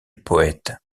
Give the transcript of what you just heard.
poète